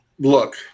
look